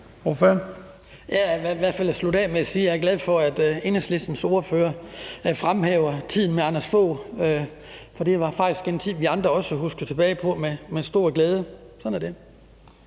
jeg er glad for, at Enhedslistens ordfører fremhæver tiden med Anders Fogh Rasmussen, for det var faktisk en tid, vi andre også husker tilbage på med stor glæde.